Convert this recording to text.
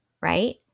right